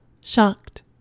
Shocked